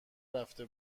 رفته